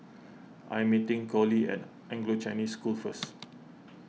I am meeting Coley at Anglo Chinese School first